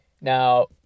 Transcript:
Now